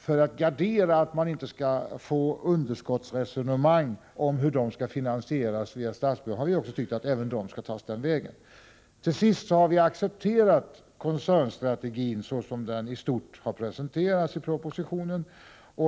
För att gardera oss mot underskottsresonemang i fråga om finansieringen via statsbudgeten har vi tyckt att den vägen varit lämplig. Till sist har vi accepterat koncernstrategin så som den i stort har presenterats i propositionen.